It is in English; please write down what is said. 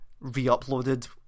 re-uploaded